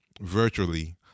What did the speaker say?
virtually